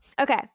Okay